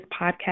podcast